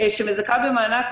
שמזכה במענק,